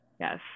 yes